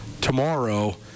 tomorrow